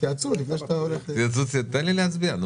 תן לי להצביע.